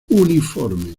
uniforme